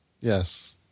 Yes